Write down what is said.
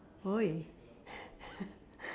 !oi!